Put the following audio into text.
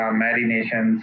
marination